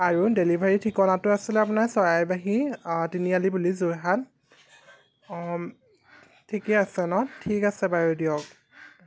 আৰু ডেলিভাৰী ঠিকনাটো আছিলে আপোনাৰ চৰাইবাহি তিনিআলি বুলি যোৰহাট ঠিকেই আছে ন ঠিক আছে বাৰু দিয়ক